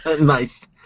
Nice